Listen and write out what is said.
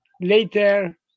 later